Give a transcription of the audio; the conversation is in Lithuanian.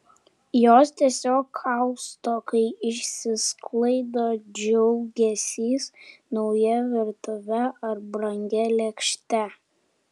jos tiesiog kausto kai išsisklaido džiugesys nauja virtuve ar brangia lėkšte